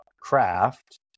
craft